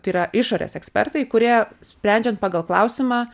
tai yra išorės ekspertai kurie sprendžiant pagal klausimą